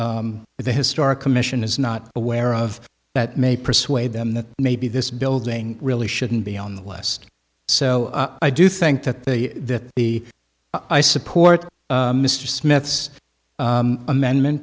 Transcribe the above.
the historic commission is not aware of that may persuade them that maybe this building really shouldn't be on the list so i do think that the that the i support mr smith's amendment